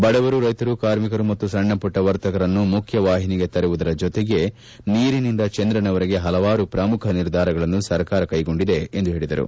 ಬಡವರು ರೈತರು ಕಾರ್ಮಿಕರು ಮತ್ತು ಸಣ್ಣಪುಟ್ಲ ವರ್ತಕರನ್ನು ಮುಖ್ಲವಾಹಿನಿಗೆ ತರುವುದರ ಜೊತೆಗೆ ನೀರಿನಿಂದ ಚಂದ್ರನವರೆಗೆ ಹಲವಾರು ಪ್ರಮುಖ ನಿರ್ಧಾರಗಳನ್ನು ಸರ್ಕಾರ ಕೈಗೊಂಡಿದೆ ಎಂದು ಹೇಳದರು